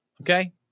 Okay